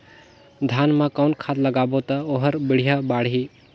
धान मा कौन खाद लगाबो ता ओहार बेडिया बाणही?